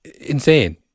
insane